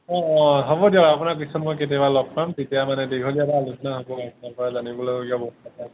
অঁ অঁ হ'ব দিয়ক আপোনাক পিছত মই কেতিয়াবা লগ পাম তেতিয়া মানে দীঘলীয়াকৈ আলোচনা হ'ব আপোনাৰ পৰা জানিবলগীয়া বহুত কথাই আছে